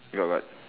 your what